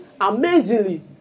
amazingly